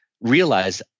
realize